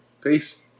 Peace